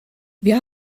wir